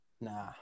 nah